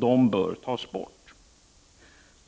på detta område, utan de bör tas bort.